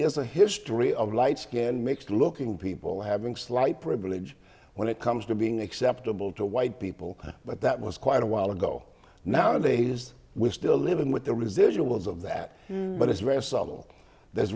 is a history of light skinned mixed looking people having slight privilege when it comes to being acceptable to white people but that was quite a while ago now to his we're still living with the residuals of that but it's very subtle th